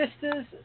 Sisters